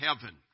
heaven